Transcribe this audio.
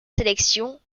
sélection